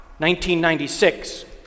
1996